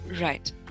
Right